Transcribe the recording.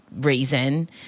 reason